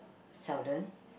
seldom